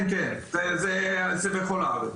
כן, כן, זה בכל הארץ.